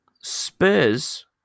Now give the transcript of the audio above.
Spurs